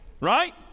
Right